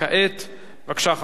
הצעת חוק לתיקון פקודת מס הכנסה (ניכויים שאין להתירם),